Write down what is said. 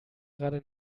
gerade